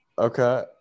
Okay